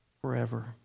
forever